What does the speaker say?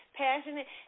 passionate